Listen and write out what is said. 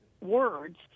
words